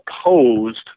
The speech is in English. opposed